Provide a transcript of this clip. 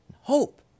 Hope